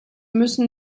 müssen